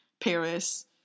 Paris